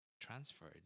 transferred